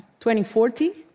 2040